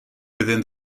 within